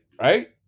Right